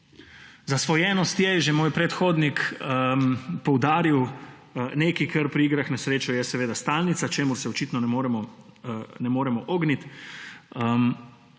Zasvojenost je, je že moj predhodnik poudaril, nekaj, kar je pri igrah na srečo stalnica, čemur se očitno ne moremo ogniti.